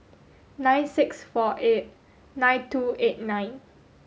nine six four eight nine two eight nine